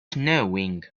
knowing